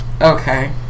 Okay